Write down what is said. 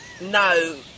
No